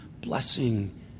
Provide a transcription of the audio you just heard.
blessing